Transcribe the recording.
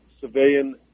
civilian